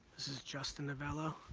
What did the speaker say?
this is justin novello.